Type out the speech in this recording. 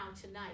tonight